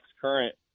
current